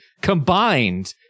combined